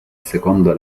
secondo